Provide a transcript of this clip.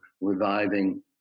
reviving